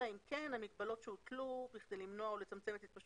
אלא אם כן המגבלות שהוטלו בכדי למנוע או לצמצם את התפשטות